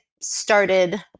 started